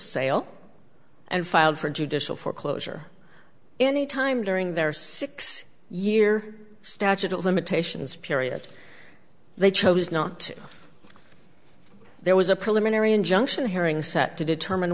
sale and filed for judicial foreclosure any time during their six year statute of limitations period they chose not to there was a preliminary injunction hearing set to determine